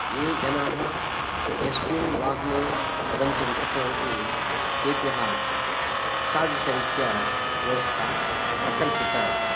ये जनाः यस्मिन् वाहने गन्तुम् शक्नुवन्ति तेभ्यः तादृशरीत्या व्यवस्था प्रकल्पिता अस्ति